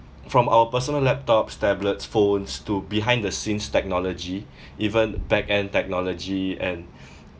from our personal laptops tablets phones to behind the scenes technology even back-end technology and